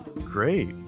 great